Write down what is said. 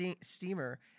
Steamer